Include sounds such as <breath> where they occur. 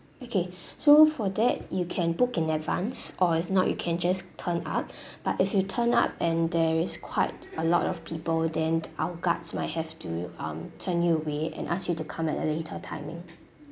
okay <breath> so for that you can book in advance or if not you can just turn up <breath> but if you turn up and there is quite a lot of people then our guards might have to um turn you away and ask you to come at a later timing